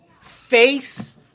Face